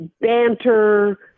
banter